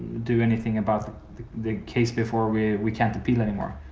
do anything about the case before we we can't appeal anymore.